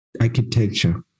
architecture